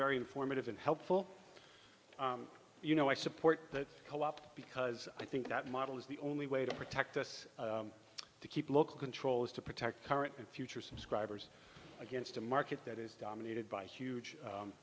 very informative and helpful you know i support the co op because i think that model is the only way to protect us to keep local control is to protect current and future subscribers against a market that is dominated by huge